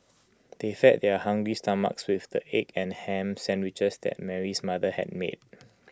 they fed their hungry stomachs with the egg and Ham Sandwiches that Mary's mother had made